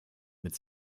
mit